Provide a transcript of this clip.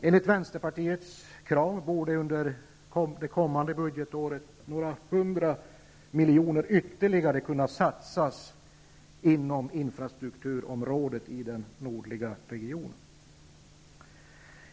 Enligt Vänsterpartiets krav borde under det kommande budgetåret några hundra miljoner ytterligare kunna satsas inom infrastrukturområdet i den nordliga regionen.